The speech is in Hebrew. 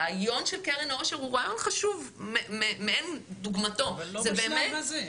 הרעיון של קרן העושר הוא רעיון חשוב מאין דוגמתו -- לא בשלב הזה.